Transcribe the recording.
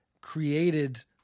created